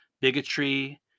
bigotry